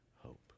hope